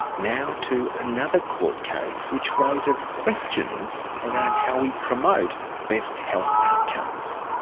now to another court case which raises questions around how we promote best health outcomes.